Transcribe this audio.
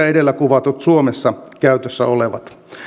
edellä kuvatut suomessa käytössä olevat